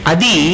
Adi